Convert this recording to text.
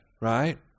right